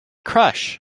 crush